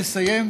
לסיים,